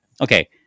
Okay